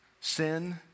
Sin